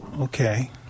Okay